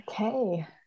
Okay